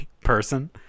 person